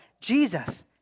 Jesus